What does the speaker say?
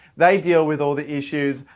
they deal with all the issues,